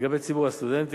לגבי ציבור הסטודנטים,